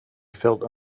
felt